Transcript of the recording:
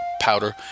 powder